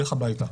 לך הביתה.